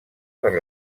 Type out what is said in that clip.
per